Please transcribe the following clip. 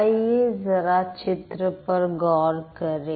आइए जरा चित्र पर गौर करें